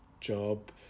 job